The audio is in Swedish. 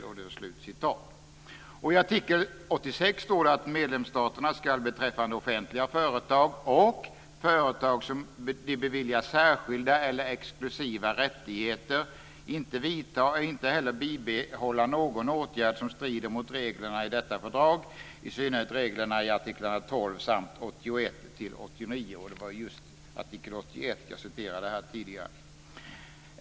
Och i artikel 86 står det att medlemsstaterna ska beträffande offentliga företag och företag som de beviljar särskilda eller exklusiva rättigheter inte vidta och inte heller bibehålla någon åtgärd som strider mot reglerna i detta fördrag, i synnerhet reglerna i artiklarna 12 samt 81-89. Det var just artikel 81 som jag citerade ur tidigare.